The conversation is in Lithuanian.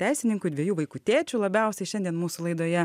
teisininku dviejų vaikų tėčiu labiausiai šiandien mūsų laidoje